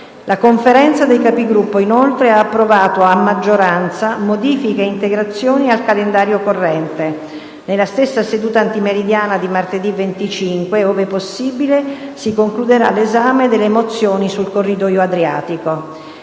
La Conferenza dei Capigruppo inoltre ha approvato, a maggioranza, modifiche e integrazioni al calendario corrente. Nella stessa seduta antimeridiana di martedì 25, ove possibile, si concluderà l'esame delle mozioni sul corridoio Adriatico.